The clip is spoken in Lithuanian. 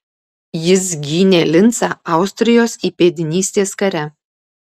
jis gynė lincą austrijos įpėdinystės kare